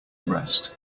rest